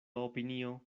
opinio